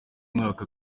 mwaka